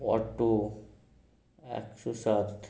auto একশো সাত